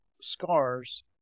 scars